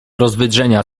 rozwydrzenia